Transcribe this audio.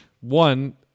One